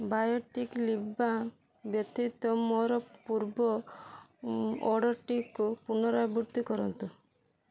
Biotique lip balm ବ୍ୟତୀତ ମୋର ପୂର୍ବ ଅର୍ଡ଼ର୍ଟିକୁ ପୁନରାବୃତ୍ତି କରନ୍ତୁ